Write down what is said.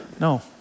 No